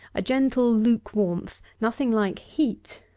a gentle luke-warmth. nothing like heat.